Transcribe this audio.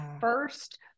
first